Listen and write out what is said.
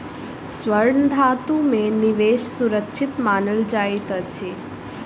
स्वर्ण धातु में निवेश सुरक्षित मानल जाइत अछि